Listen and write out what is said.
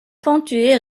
ponctué